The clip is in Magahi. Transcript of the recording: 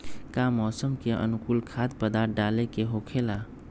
का मौसम के अनुकूल खाद्य पदार्थ डाले के होखेला?